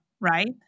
right